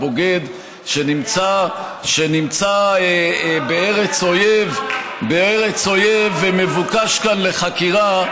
בוגד שנמצא בארץ אויב ומבוקש כאן לחקירה,